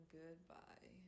goodbye